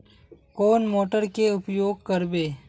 कौन मोटर के उपयोग करवे?